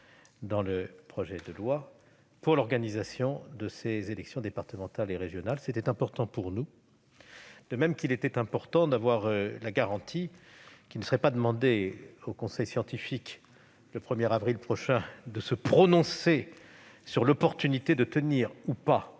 dans le projet de loi, pour l'organisation des élections départementales et régionales. C'était important pour nous, de même qu'il était important d'avoir la garantie qu'il serait demandé au conseil scientifique, le 1 avril prochain, de se prononcer non pas sur l'opportunité de tenir ou pas